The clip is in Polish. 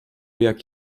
jak